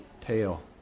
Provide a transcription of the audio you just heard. tail